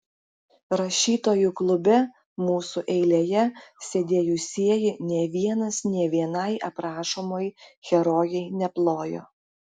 rašytojų klube mūsų eilėje sėdėjusieji nė vienas nė vienai aprašomai herojai neplojo